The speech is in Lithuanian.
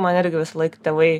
man irgi visąlaik tėvai